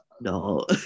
no